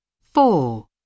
Four